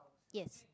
yes